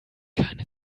keine